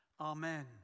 amen